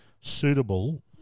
suitable